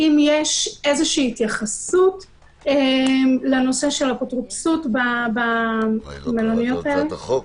האם יש התייחסות לנושא של אפוטרופסות במלוניות האלה?